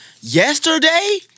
yesterday